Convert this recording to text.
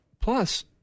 plus